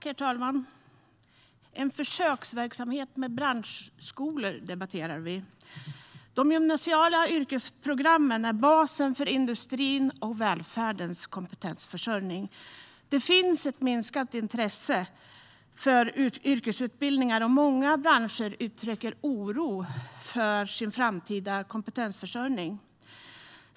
Herr talman! Vi debatterar en försöksverksamhet med branschskolor. De gymnasiala yrkesprogrammen är basen för industrins och välfärdens kompetensförsörjning. Det finns ett minskande intresse för yrkesutbildningar, och många branscher uttrycker oro för sin framtida kompetensförsörjning.